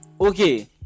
okay